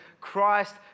Christ